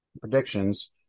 predictions